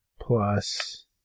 plus